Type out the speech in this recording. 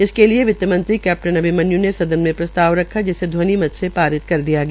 इसके लिए वित्त मंत्री कैपटन अभिमन्य् ने सदन में प्रस्ताव रखा जिसे ध्वनिमत से पारित कर दिया गया